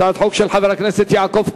של חבר הכנסת יעקב כץ.